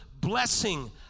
blessing